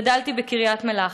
גדלתי בקריית-מלאכי.